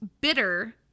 bitter